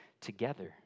together